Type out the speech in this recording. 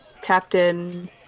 Captain